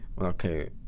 Okay